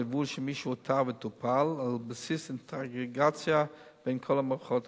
וליווי של מי שאותר וטופל על בסיס אינטגרציה בין כל המערכות השותפות.